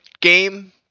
game